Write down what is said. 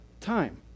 time